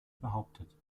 behauptet